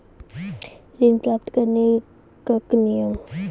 ऋण प्राप्त करने कख नियम?